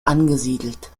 angesiedelt